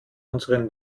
unseren